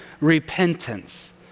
repentance